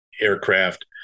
aircraft